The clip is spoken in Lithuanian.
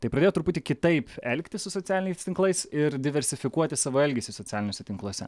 tai pradėjo truputį kitaip elgtis su socialiniais tinklais ir diversifikuoti savo elgesį socialiniuose tinkluose